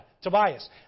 Tobias